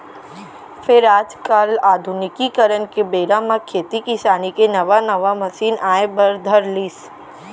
फेर आज काल आधुनिकीकरन के बेरा म खेती किसानी के नवा नवा मसीन आए बर धर लिस